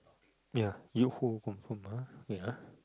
ya you home home home ah wait ah